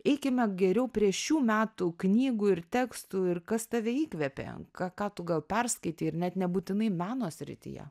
eikime geriau prie šių metų knygų ir tekstų ir kas tave įkvėpė ką ką tu gal perskaitei ir net nebūtinai meno srityje